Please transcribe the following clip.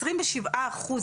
27 אחוז,